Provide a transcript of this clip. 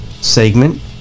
segment